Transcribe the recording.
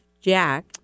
Jack